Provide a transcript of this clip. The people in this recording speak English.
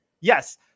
Yes